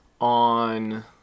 on